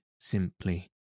simply